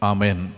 Amen